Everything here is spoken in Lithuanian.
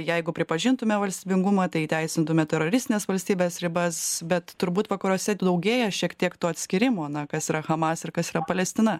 jeigu pripažintume valstybingumą tai įteisintume teroristinės valstybės ribas bet turbūt vakaruose daugėja šiek tiek to atskyrimo na kas yra hamas ir kas yra palestina